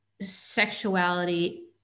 sexuality